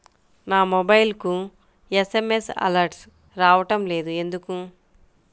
నా మొబైల్కు SMS alerts రావడం లేదు ఎందుకు?